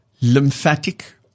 lymphatic